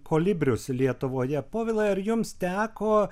kolibrius lietuvoje povilai ar jums teko